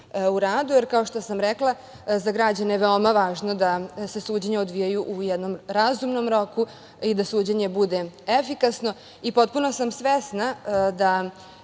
u radu, jer kao što sam rekla, za građane je veoma važno da se suđenja odvijaju u jednom razumnom roku i da suđenje bude efikasno. Potpuno sam svesna da